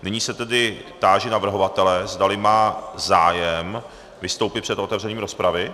Nyní se tedy táži navrhovatele, zdali má zájem vystoupit před otevřením rozpravy.